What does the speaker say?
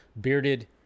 bearded